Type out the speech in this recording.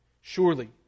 Surely